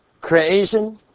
creation